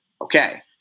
Okay